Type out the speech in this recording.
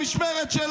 איזו משמרת?